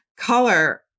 color